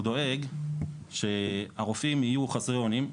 הוא דואג שהרופאים יהיו חסרי אונים,